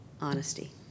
honesty